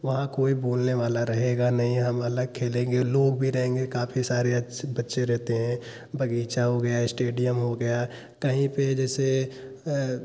वहाँ कोई बोलने वाला रहेगा नहीं हम अलग खेलेंगे लोग भी रहेंगे काफी सारे बच्चे रहते हैं बगीचा हो गया इस्टेडियम हो गया कहीं पर जैसे